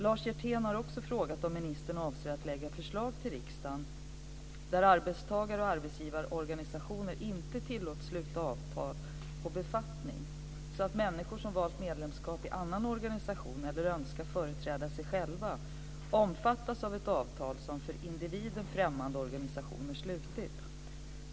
Lars Hjertén har också frågat om ministern avser att lägga fram förslag till riksdagen där arbetstagar och arbetsgivarorganisationer inte tillåts sluta avtal på befattning så att människor som valt medlemskap i annan organisation eller önskar företräda sig själva omfattas av ett avtal som för individen främmande organisationer slutit.